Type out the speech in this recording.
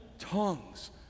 tongues